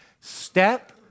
step